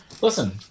Listen